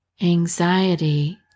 anxiety